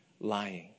lying